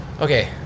okay